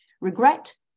Regret